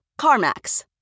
CarMax